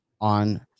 on